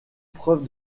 preuve